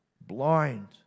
blind